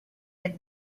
had